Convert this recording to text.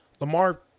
Lamar